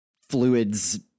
fluids